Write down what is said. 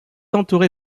entouré